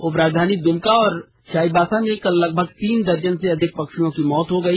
उप राजधानी दुमका और चाईबासा में कल लगभग तीन दर्जन से अधिक पक्षियों की मौत हो गई